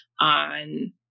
on